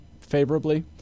favorably